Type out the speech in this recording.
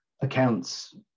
accounts